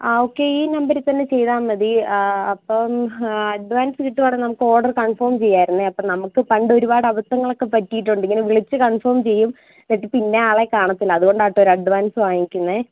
ആ ഓക്കേ ഈ നമ്പറിൽ തന്നെ ചെയ്താൽ മതി അപ്പം അഡ്വാൻസ് കിട്ടുവാണേൽ നമുക്ക് ഓർഡർ കൺഫേം ചെയ്യാമായിരുന്നു അപ്പം നമുക്ക് പണ്ട് ഒരുപാട് അബദ്ധങ്ങളൊക്കെ പറ്റിയിട്ടുണ്ട് ഇങ്ങനെ വിളിച്ചു കൺഫേം ചെയ്യും എന്നിട്ട് പിന്നെ ആളെ കാണത്തില്ല അതുകൊണ്ടാണ് കേട്ടോ ഒരു അഡ്വാൻസ് വാങ്ങിക്കുന്നത്